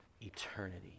eternity